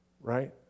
Right